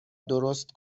درست